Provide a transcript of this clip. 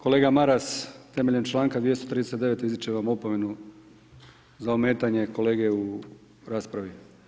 Kolega Maras, temeljem članka 239. izričem vam opomenu za ometanje kolege u raspravi.